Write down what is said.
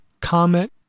comment